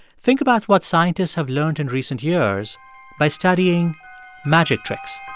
think about what scientists have learned in recent years by studying magic tricks